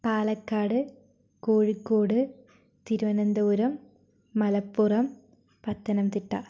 Palakkad Kozhikode Thiruvananthapuram Malappuram Pathanamthitta